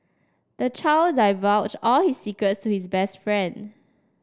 the child divulged all his secrets to his best friend